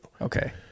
Okay